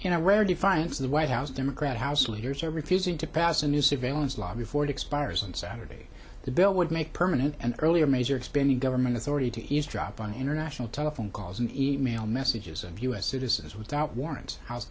you know where defiance the white house democrat house leaders are refusing to pass a new surveillance law before it expires on saturday the bill would make permanent an earlier major expanding government authority to eavesdrop on international telephone calls and e mail messages of u s citizens without warrants ho